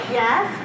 yes